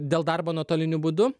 dėl darbo nuotoliniu būdu